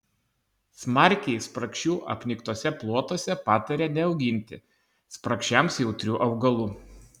smarkiai spragšių apniktuose plotuose patarė neauginti spragšiams jautrių augalų